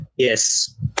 Yes